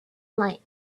light